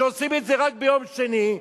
שעושים את זה רק ביום שני,